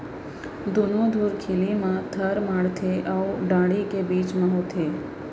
दुनो धुरखिली म थर माड़थे अउ डांड़ी के बीच म होथे